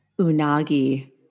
Unagi